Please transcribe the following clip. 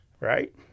right